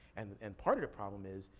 and and part of the problem is,